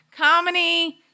Comedy